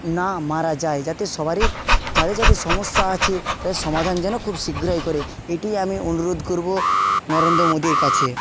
না মারা যায় যাতে সবারই যাদের যাদের সমস্যা আছে তার সমাধান যেন খুব শীঘ্রই করে এটি আমি অনুরোধ করবো নরেন্দ্র মোদির কাছে